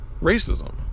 racism